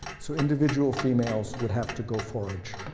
so individual females would have to go forage